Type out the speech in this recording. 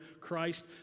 Christ